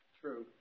True